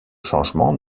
changement